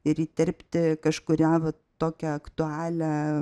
ir įterpti kažkurią vat tokią aktualią